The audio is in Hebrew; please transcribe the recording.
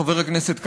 חבר הכנסת כבל,